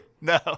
No